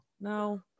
no